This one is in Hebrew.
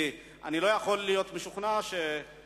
כי אני לא יכול להיות משוכנע שבממשלת